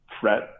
fret